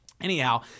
anyhow